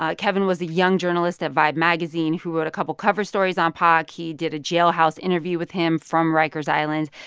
ah kevin was a young journalist at vibe magazine who wrote a couple cover stories on pac. he did a jailhouse interview with him from rikers island.